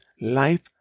life